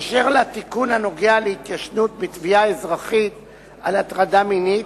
אשר לתיקון הנוגע להתיישנות בתביעה אזרחית על הטרדה מינית,